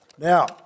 Now